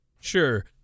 Sure